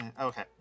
Okay